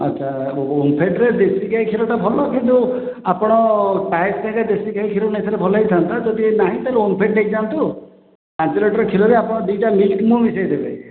ଆଚ୍ଛା ଓମଫେଡ ରୁ ଦେଶୀ ଗାଈ କ୍ଷୀର ଟା ଭଲ କିନ୍ତୁ ଆପଣ ପାୟେସ୍ କରିବେ ଦେଶୀ ଗାଈ କ୍ଷୀର ଥିଲେ ଭଲ ହେଇଥାନ୍ତା ଯଦି ନାହିଁ ତାହାଲେ ଓମଫେଡ ଟା ନେଇଯାଆନ୍ତୁ ପାଞ୍ଚ ଲିଟର ଖିରରେ ଦୁଇ ଟା ମିଲକ ମୁ ମିଶେଇ ଦେବେ